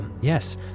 yes